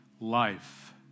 life